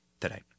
today